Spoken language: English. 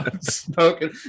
Smoking